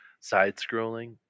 side-scrolling